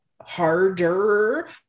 harder